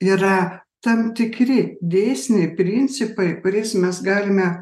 yra tam tikri dėsniai principai kuriais mes galime